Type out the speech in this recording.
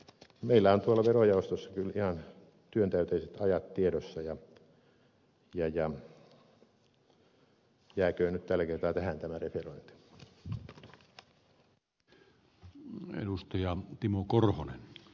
meillä on verojaostossa kyllä ihan työntäyteiset ajat tiedossa ja jääköön nyt tällä kertaa tähän tämä detroit l mun edustaja timo korhonen referointi